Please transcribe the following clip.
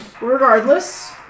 regardless